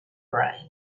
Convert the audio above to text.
brain